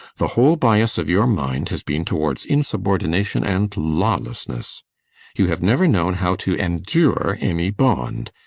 the whole bias of your mind has been towards insubordination and lawlessness you have never known how to endure any bond.